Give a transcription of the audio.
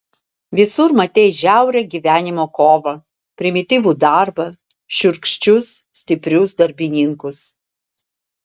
visur matei žiaurią gyvenimo kovą primityvų darbą šiurkščius stiprius darbininkus